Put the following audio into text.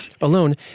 Alone